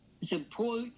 support